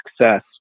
success